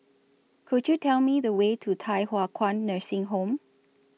Could YOU Tell Me The Way to Thye Hua Kwan Nursing Home